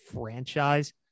franchise